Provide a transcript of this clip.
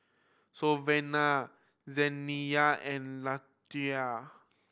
Savanna Zaniyah and Lethia